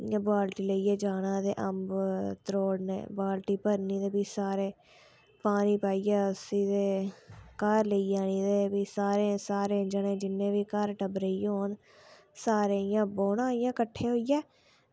में बाल्टी लेइयै जाना ते अम्ब त्रोड़ने ते फ्ही बाल्टी भरनी ते फ्ही सारे पाइयै उस्सी ते घर गी आनी ते फ्ही सारें जनें जिन्ने बी घर टब्बरै गी होन सारें इ'यां बौह्ना किट्ठे होइयै